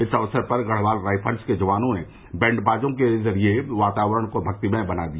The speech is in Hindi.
इस अवसर पर गढ़वाल राइफल के जवानों ने बैंड बाजों के जरिये वातावरण को भक्तिमय बना दिया